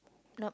nope